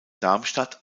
darmstadt